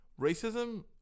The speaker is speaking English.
racism